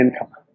income